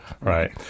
right